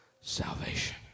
salvation